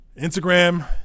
Instagram